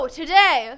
today